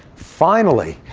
finally,